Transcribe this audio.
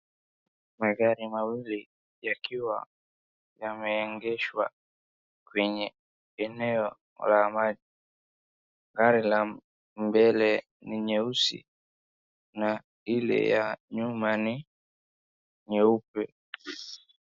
Magari mawili yakiwa yameegeshwa kwenye eneo la amani. Gari la mbele ni nyeusi na ile ya nyuma ni nyeupe.